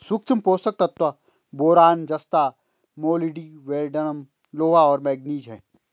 सूक्ष्म पोषक तत्व बोरान जस्ता मोलिब्डेनम लोहा और मैंगनीज हैं